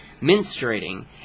menstruating